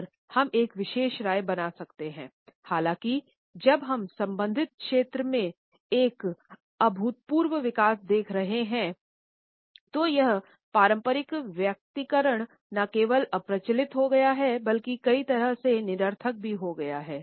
हालाँकि एक बार जब तकनीक विकसित होना शुरू हुई और कृत्रिम बुद्धिमत्तापूर्ण की उपस्थिति के साथ जब हम संबंधित क्षेत्रों में एक अभूतपूर्व विकास देख रहे हैं तो यह पारंपरिक वैयक्तिकरण न केवल अप्रचलित हो गया है बल्कि कई तरह से निरर्थक भी हो गया है